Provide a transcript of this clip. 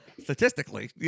Statistically